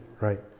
right